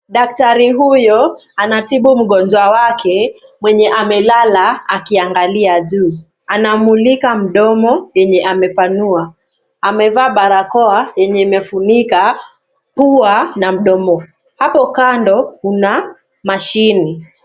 Daktari huyo anatibu mgonjwa wake mwenye amelala akiangalia juu. Anamulika mdomo yenye amepanua. Amevaa barakoa yenye imefunika pua na mdomo. Hapo kando kuna mashini.